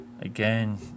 again